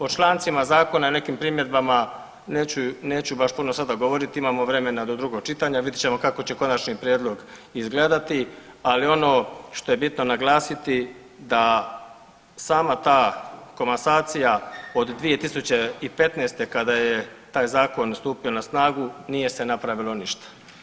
O člancima zakona i nekim primjedbama neću baš puno sada govoriti imamo vremena do drugoga čitanja, vidjet ćemo kako će konačni prijedlog izgledati, ali ono što je bitno naglasiti da sama ta komasacija od 2015. kada je taj zakon stupio na snagu nije se napravilo ništa.